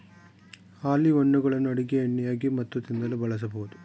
olive ಹಣ್ಣುಗಳನ್ನು ಅಡುಗೆ ಎಣ್ಣೆಯಾಗಿ ಮತ್ತು ತಿನ್ನಲು ಬಳಸಬೋದು